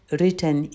written